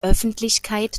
öffentlichkeit